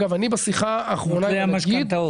אגב, אני בשיחה האחרונה --- לווי המשכנתאות.